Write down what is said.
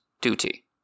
Duty